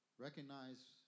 Recognize